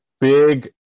big